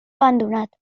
abandonat